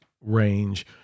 range